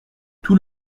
tout